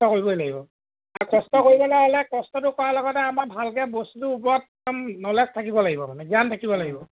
কষ্ট কৰিবই লাগিব আৰু কষ্ট কৰিবলে হ'লে কষ্টটো কৰাৰ লগতে আমাৰ ভালকে বস্তুৰটো ওপৰত একদম নলেজ থাকিব লাগিব মানে জ্ঞান থাকিব লাগিব